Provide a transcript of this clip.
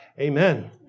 amen